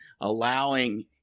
allowing